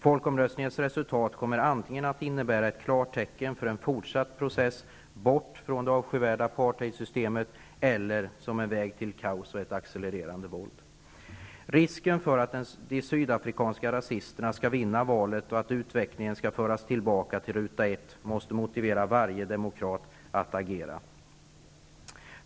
Folkomröstningens resultat kommer antingen att innebära ett klartecken för en fortsatt process bort från det avskyvärda apartheidsystemet eller en väg till kaos och accelerande våld. Risken för att de sydafrikanska rasisterna skall vinna valet och att utvecklingen skall föras tillbaka till ruta ett måste motivera varje demokrat att agera.